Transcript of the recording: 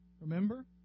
Remember